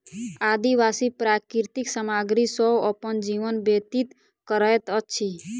आदिवासी प्राकृतिक सामग्री सॅ अपन जीवन व्यतीत करैत अछि